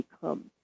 become